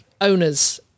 owners